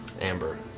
Amber